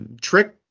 trick